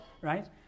right